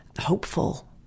hopeful